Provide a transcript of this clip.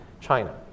China